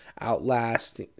outlast